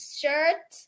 shirt